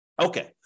Okay